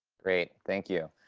great. thank you.